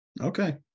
Okay